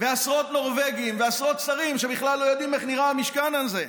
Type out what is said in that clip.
ועשרות נורבגים ועשרות שרים שבכלל לא יודעים איך נראה המשכן הזה.